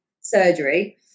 surgery